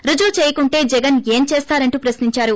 రుజువు చేయకుంటే జగన్ ఏమి చేస్తారని ప్రశ్నించారు